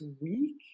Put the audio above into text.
week